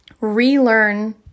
relearn